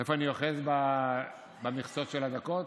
איפה אני אוחז במכסות של הדקות?